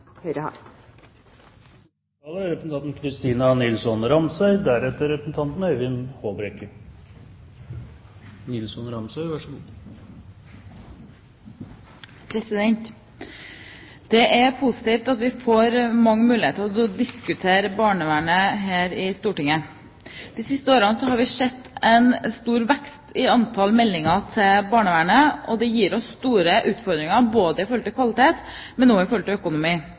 Det er positivt at vi får mange muligheter til å diskutere barnevernet her i Stortinget. De siste årene har vi sett en stor vekst i antall meldinger til barnevernet, og det gir oss store utfordringer både når det gjelder kvalitet og økonomi, spesielt når vi